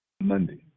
Monday